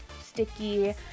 sticky